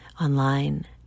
online